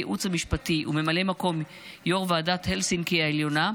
הייעוץ המשפטי וממלא מקום יו"ר ועדת הלסינקי העליונה,